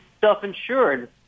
self-insured